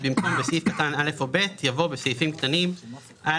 במקום "בסעיף קטן (א) או (ב)" יבוא "בסעיפים קטנים (א),